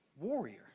warrior